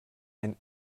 ein